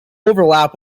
overlap